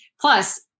Plus